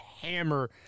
hammer